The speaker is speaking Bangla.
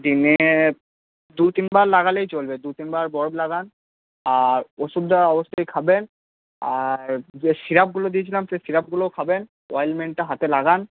দিনে দু তিনবার লাগালেই চলবে দু তিনবার বরফ লাগান আর ওষুধটা অবশ্যই খাবেন আর যে সিরাপগুলো দিয়েছিলাম সেই সিরাপগুলোও খাবেন অয়েনমেন্টটা হাতে লাগান